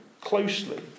closely